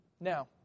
Now